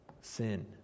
sin